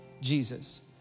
Jesus